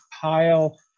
pile